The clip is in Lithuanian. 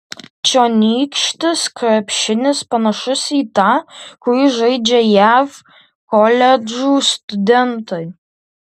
čionykštis krepšinis panašus į tą kurį žaidžia jav koledžų studentai